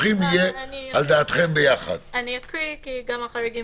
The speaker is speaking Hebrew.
וכן דיון שבו נשמעת עדות/הבאת ראיות לפי סימן ה' לפרק ה'